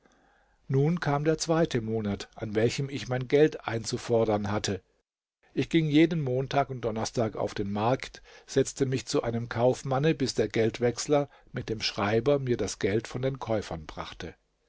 nun kam der zweite monat an welchem ich mein geld einzufordern hatte ich ging jeden montag und donnerstag auf den markt setzte mich zu einem kaufmanne bis der geldwechsler mit dem schreiber mir das geld von den käufern brachte